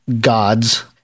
gods